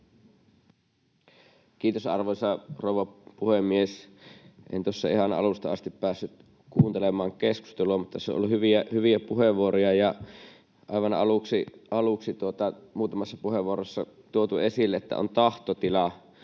Kiitos, arvoisa rouva puhemies! En tuossa ihan alusta asti päässyt kuuntelemaan keskustelua, mutta tässä on ollut hyviä puheenvuoroja. Aivan aluksi: muutamassa puheenvuorossa on tuotu esille, että on tahtotila